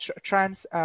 trans